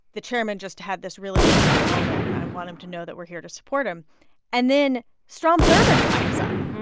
the chairman just had this really difficult moment, and i want him to know that we're here to support him and then strom thurmond pipes up,